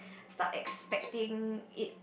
stop expecting it